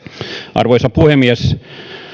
arvoisa puhemies